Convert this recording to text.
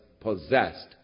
possessed